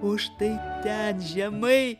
o štai ten žemai